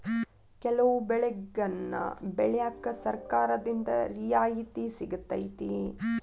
ಕೆಲವು ಬೆಳೆಗನ್ನಾ ಬೆಳ್ಯಾಕ ಸರ್ಕಾರದಿಂದ ರಿಯಾಯಿತಿ ಸಿಗತೈತಿ